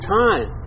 time